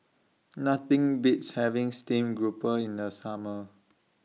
Nothing Beats having Stream Grouper in The Summer